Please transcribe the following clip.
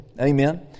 Amen